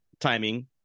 Timing